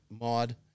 mod